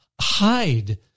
hide